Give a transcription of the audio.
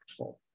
impactful